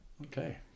Okay